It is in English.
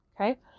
Okay